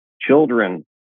children